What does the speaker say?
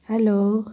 hello